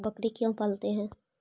बकरी क्यों पालते है?